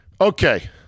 Okay